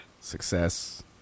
Success